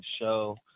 show